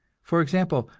for example,